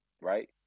right